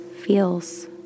feels